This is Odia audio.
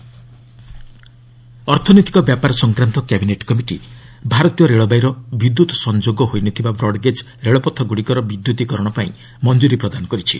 ସିସିଇଏ ରେଲ୍ୱେଜ୍ ଅର୍ଥନୈତିକ ବ୍ୟାପାର ସଂକ୍ରାନ୍ତ କ୍ୟାବିନେଟ୍ କମିଟି ଭାରତୀୟ ରେଳବାଇର ବିଦ୍ୟତ ସଂଯୋଗ ହୋଇ ନ ଥିବା ବ୍ରଡ୍ଗେଜ୍ ରେଳପଥଗୁଡ଼ିକର ବିଦ୍ୟୁତିକରଣପାଇଁ ମଞ୍ଜୁରି ପ୍ରଦାନ କରିଛି